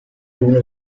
uno